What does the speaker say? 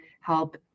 help